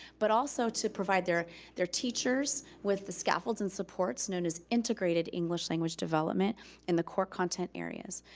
but also to provide their their teachers with the scaffolds and supports known as integrated english language development in the core content areas.